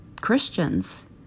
Christians